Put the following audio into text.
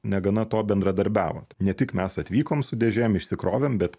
negana to bendradarbiavo ne tik mes atvykom su dėžėm išsikrovėm bet